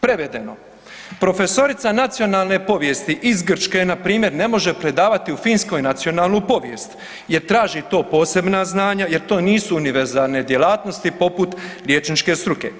Prevedeno, profesorica nacionalne povijesti iz Grčke npr. ne može predavati u Finskoj nacionalnu povijest jer traži to posebna znanja, jer to nisu univerzalne djelatnosti poput liječničke struke.